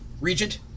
regent